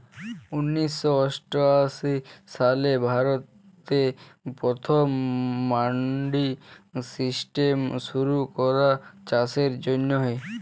উনিশ শ আঠাশ সালে ভারতে পথম মাল্ডি সিস্টেম শুরু ক্যরা চাষের জ্যনহে